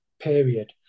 period